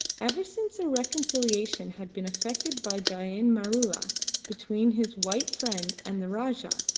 ever since a reconciliation had been effected by dain maroola between his white friend and the rajah,